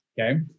okay